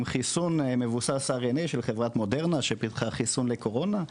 חיסון מבוסס RNA של חברת מודרנה שפיתחה גם חיסון לקורונה,